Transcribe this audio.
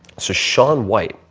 so shaun white.